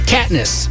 Katniss